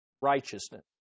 righteousness